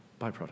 byproduct